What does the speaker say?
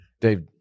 Dave